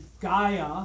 Gaia